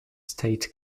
state